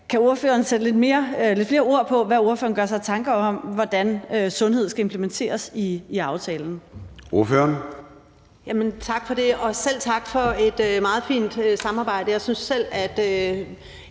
Kan ordføreren sætte lidt flere ord på, hvad ordføreren gør sig af tanker om, hvordan sundhed skal implementeres i aftalen?